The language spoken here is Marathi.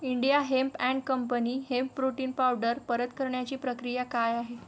India hemp and company hemp protein powder परत करण्याची प्रक्रिया काय आहे